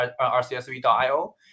rcsv.io